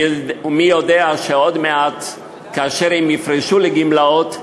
ומי יודע שעוד מעט, כאשר הם יפרשו לגמלאות,